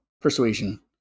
persuasion